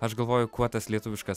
aš galvoju kuo tas lietuviškas